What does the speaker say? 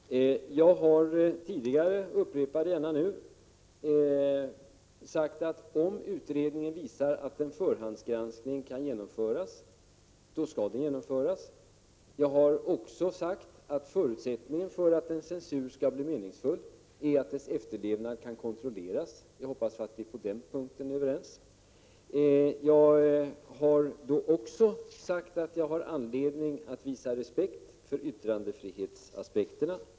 Herr talman! Jag har tidigare sagt, och upprepar det gärna, att om utredningen visar att en förhandsgranskning kan genomföras, då skall den genomföras. Vidare har jag sagt att förutsättningen för att censuren skall bli meningsfull är att dess efterlevnad kan kontrolleras. Jag hoppas att vi är överens på den punkten. Jag har också sagt att jag har anledning att visa respekt för yttrandefrihetsaspekterna.